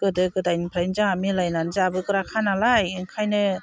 गोदो गोदायनिफ्रायनो जाहा मिलायनानै जाबोग्राखानालाय ओंखायनो